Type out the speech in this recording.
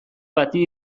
bati